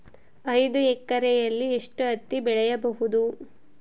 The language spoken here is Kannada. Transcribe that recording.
ಐದು ಎಕರೆಯಲ್ಲಿ ಎಷ್ಟು ಹತ್ತಿ ಬೆಳೆಯಬಹುದು?